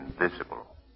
Invisible